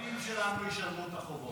בני הנינים שלנו ישלמו את החובות.